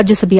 ರಾಜ್ಯಸಭೆಯ